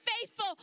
faithful